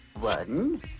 One